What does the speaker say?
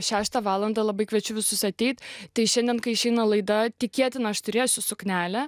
šeštą valandą labai kviečiu visus ateiti tai šiandien kai išeina laida tikėtina aš turėsiu suknelę